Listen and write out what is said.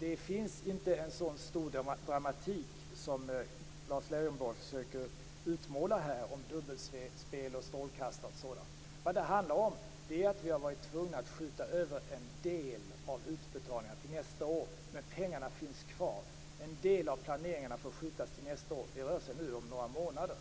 Det finns ingen så stor dramatik som Lars Leijonborg försöker utmåla. Han talar om dubbelspel, strålkastare och sådant. Vad det handlar om är att vi har varit tvungna att skjuta över en del av utbetalningarna till nästa år, men pengarna finns kvar. En del av de planerade utbetalningarna får skjutas till nästa är. Det rör sig nu om några månader.